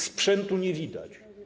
Sprzętu nie widać.